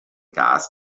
gas